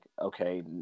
okay